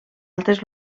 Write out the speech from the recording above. altres